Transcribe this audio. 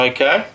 Okay